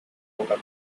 coca